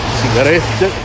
sigarette